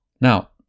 Now